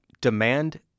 demand